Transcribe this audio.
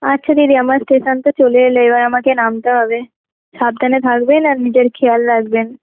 আচ্ছা দিদি আমার ষ্টেশান তো চলে এলো এবার আমাকে নামতে হবে সাবধানে থাকবেন আর নিজের খেয়াল রাখবেন